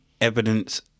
evidence